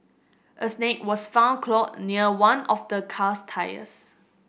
a snake was found coiled near one of the car's tyres